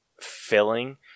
filling